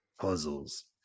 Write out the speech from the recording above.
Puzzles